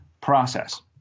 process